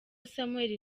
samuel